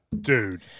dude